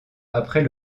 après